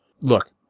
look